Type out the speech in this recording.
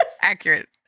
Accurate